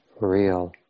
real